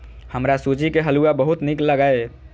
हमरा सूजी के हलुआ बहुत नीक लागैए